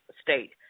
state